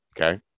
Okay